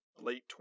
late